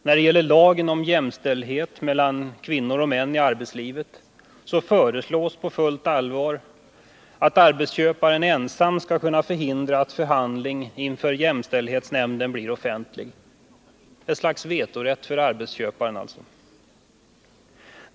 När det gäller lagen om jämställdhet mellan kvinnor och män i arbetslivet föreslås på fullt allvar att arbetsköparen ensam skall kunna förhindra att förhandling inför jämställdhetsnämnden blir offentlig — dvs. ett slags vetorätt för arbetsköparen.